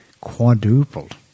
quadrupled